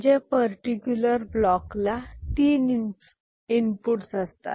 म्हणजे पर्टिक्युलर ब्लॉकला तीन इनपुट्स असतात